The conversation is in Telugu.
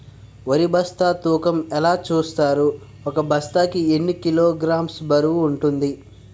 వరి బస్తా తూకం ఎలా చూస్తారు? ఒక బస్తా కి ఎన్ని కిలోగ్రామ్స్ బరువు వుంటుంది?